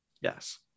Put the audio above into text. yes